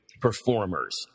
performers